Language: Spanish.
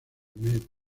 borneo